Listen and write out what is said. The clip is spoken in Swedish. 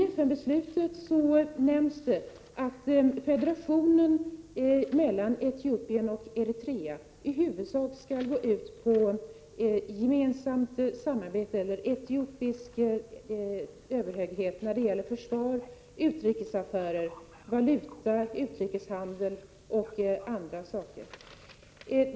I FN-beslutet nämns att federationen mellan Etiopien och Eritrea i huvudsak skall gå ut på gemensamt samarbete eller etiopisk överhöghet när det gäller försvar, utrikesaffärer, valuta, utrikeshandel och andra saker.